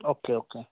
okay okay